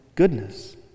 goodness